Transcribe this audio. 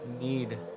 need